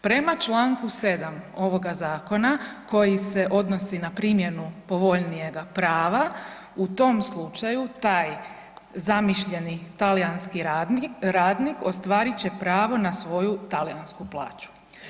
Prema čl. 7 ovoga zakona koji se odnosi na primjenu povoljnijega prava u tom slučaju taj zamišljeni talijanski radnik ostvarit će pravo na svoju talijansku plaću.